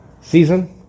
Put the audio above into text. season